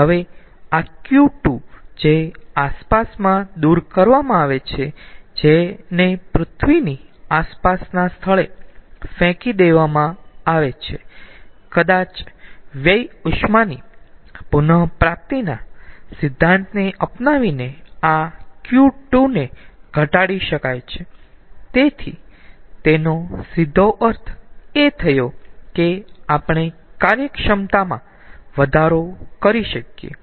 હવે આ Q2 જે આસપાસનામાં દુર કરવામાં આવે છે જેને પૃથ્વીની આસપાસના સ્થળે ફેંકી દેવામાં આવે છે કદાચ વ્યય ઉષ્માની પુન પ્રાપ્તિના સિધ્ધાંતને અપનાવીને આ Q2 ને ઘટાડી શકાય છે તેથી તેનો સીધો અર્થ એ થયો કે આપણે કાર્યક્ષમતામાં વધારો કરી શકીયે